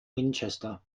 winchester